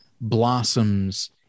blossoms